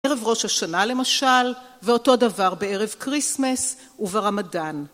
ערב ראש השנה למשל, ואותו דבר בערב קריסמס וברמדאן.